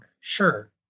Sure